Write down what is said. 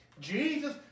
Jesus